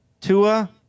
Tua